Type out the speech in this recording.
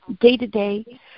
day-to-day